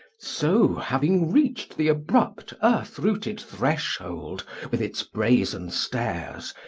so having reached the abrupt earth-rooted threshold with its brazen stairs,